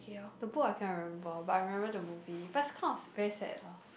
the book I can't remember but I remember the movie but is kind of very sad